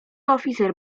oficer